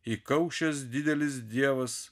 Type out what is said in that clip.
įkaušęs didelis dievas